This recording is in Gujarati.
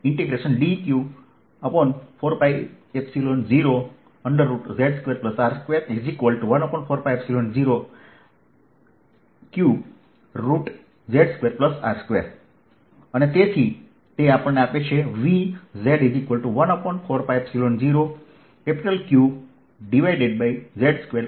તેથી તે Vz14π0Qz2R2લખી શકાય છે